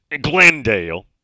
Glendale